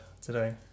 today